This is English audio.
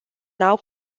now